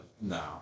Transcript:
No